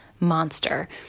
Monster